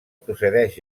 procedeix